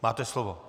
Máte slovo.